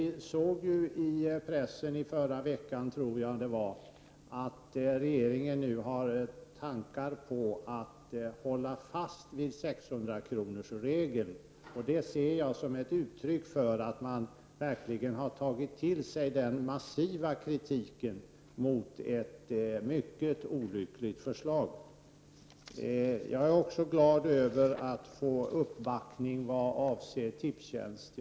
I förra veckan kunde man i pressen läsa att regeringen har tankar på att hålla fast vid 600-kronorsregeln. Det ser jag som ett uttryck för att man verkligen har tagit till sig den massiva kritiken mot ett mycket olyckligt förslag. Jag är också glad över att få uppbackning vad avser Tipstjänst.